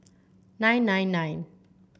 nine nine nine